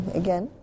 again